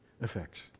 effects